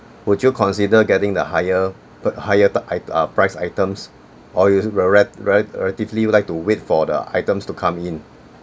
would you consider getting the higher pr~ higher uh priced items or you re~ re~ relatively you like to wait for the items to come in